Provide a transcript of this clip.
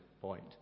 point